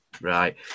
right